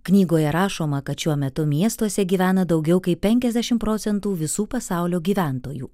knygoje rašoma kad šiuo metu miestuose gyvena daugiau kaip penkiasdešimt procentų visų pasaulio gyventojų